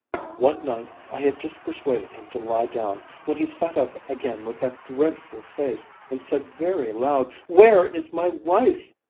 one night i had just persuaded him to lie down, when he sat up again with that dreadful face and said very loud where is my wife?